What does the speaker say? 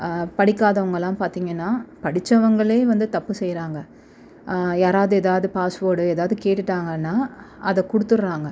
படிக்காதவங்களாம் பார்த்தீங்கன்னா படிச்சவங்களே வந்து தப்பு செய்கிறாங்க யாராவது ஏதாவது பாஸ்வேர்டு ஏதாவது கேட்டுட்டாங்கன்னா அதை கொடுத்துர்றாங்க